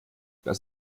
das